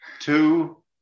two